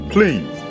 Please